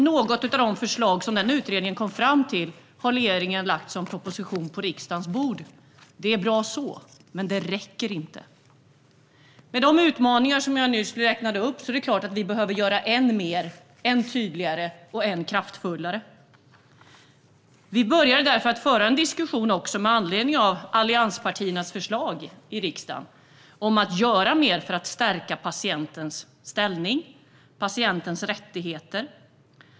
Något av de förslag som den utredningen kom fram till har regeringen lagt fram som en proposition på riksdagens bord. Det är bra så, men det räcker inte. Med de utmaningar som jag nyss räknade upp är det klart att vi behöver göra än mer och vara än tydligare och än kraftfullare. Vi började därför att föra en diskussion med anledning av allianspartiernas förslag i riksdagen om att göra mer för att stärka patientens ställning och patientens rättigheter.